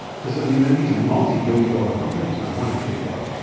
because these are multibillion dollar companies now, one in particular.